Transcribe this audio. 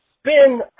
spin